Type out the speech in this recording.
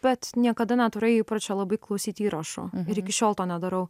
bet niekada neturiu įpročio labai klausyti įrašo ir iki šiol to nedarau